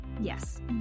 Yes